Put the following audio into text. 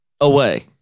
away